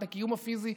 והקיום הפיזי,